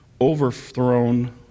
overthrown